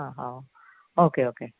ah ah okay okay